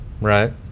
Right